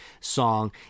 song